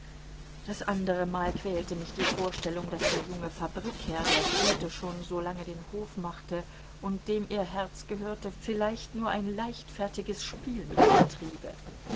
das andere mal quälte mich die vorstellung daß der junge fabrikherr der grete schon so lange den hof machte und dem ihr herz gehörte vielleicht nur ein leichtfertiges spiel mit ihr triebe